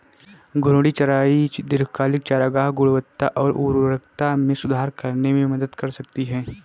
घूर्णी चराई दीर्घकालिक चारागाह गुणवत्ता और उर्वरता में सुधार करने में मदद कर सकती है